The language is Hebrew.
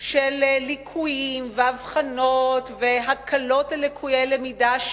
תעשייה של אבחון לקויות למידה והקלות ללקויי למידה,